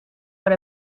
what